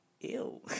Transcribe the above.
Ew